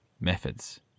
methods